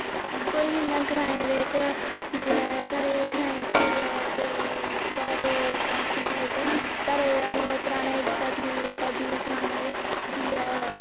कोई इ'यां ग्राएं दे बिच्च जिसलै साढ़े ग्राएं च जिसलै घर फंक्शन होए ते साढ़े दादियें दे जमाने दे जिसलै